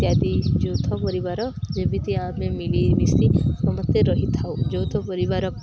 ଇତ୍ୟାଦି ଯୌଥ ପରିବାର ଯେମିତି ଆମେ ମିଳିମିଶି ସମସ୍ତେ ରହିଥାଉ ଯୌଥ ପରିବାର